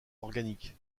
organiques